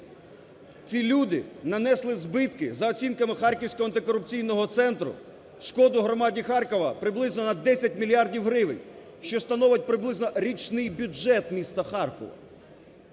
Ці люди нанесли збитки, за оцінкою Харківського антикорупційного центру, шкоду громаді Харкова приблизно на 10 мільярдів гривень, що становить приблизно річний бюджет міста Харкова.